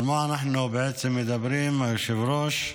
על מה אנחנו בעצם מדברים, היושב-ראש?